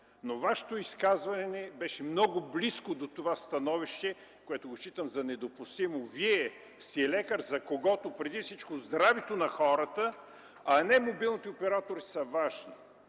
Вашето изказване беше много близко до това становище, което считам за недопустимо. Вие сте лекар, за когото преди всички е здравето на хората, а не мобилните оператори са важни.